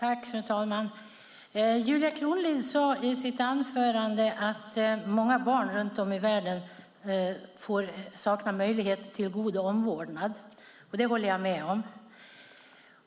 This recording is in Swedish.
Fru talman! Julia Kronlid sade i sitt anförande att många barn runt om i världen saknar möjlighet till god omvårdnad. Det håller jag med om.